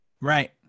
Right